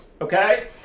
okay